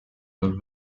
los